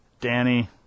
Danny